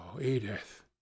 Edith